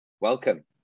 Welcome